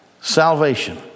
salvation